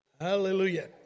Hallelujah